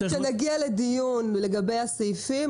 כשנגיע לדיון לגבי הסעיפים,